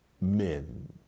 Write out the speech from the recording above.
men